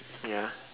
ya